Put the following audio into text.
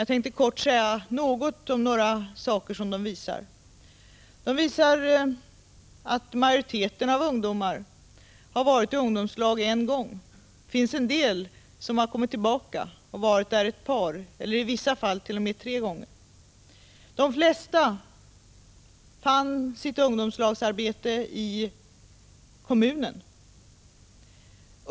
Jag tänkte dock kort säga något om några saker som de visar. Utvärderingarna ger vid handen att majoriteten av ungdomar har varit i ungdomslag en gång. Det finns en del som kommit tillbaka och varit där ett par och i vissa fall tre gånger. De flesta fann sitt ungdomslagsarbete i kommunen.